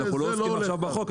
אנחנו לא עוסקים עכשיו בחוק,